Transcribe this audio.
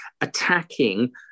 attacking